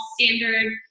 standard